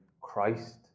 Christ